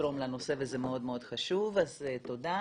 לתרום לנושא וזה מאוד מאוד חשוב, אז תודה.